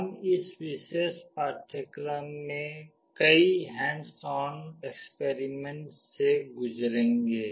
हम इस विशेष पाठ्यक्रम में कई हैंड्स ऑन एक्सपेरिमेंट से गुजरेंगे